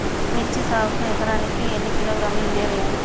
మిర్చి సాగుకు ఎకరానికి ఎన్ని కిలోగ్రాముల యూరియా వేయాలి?